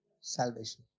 salvation